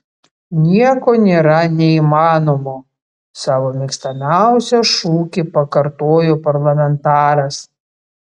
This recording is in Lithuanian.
nieko nėra neįmanomo savo mėgstamiausią šūkį pakartojo parlamentaras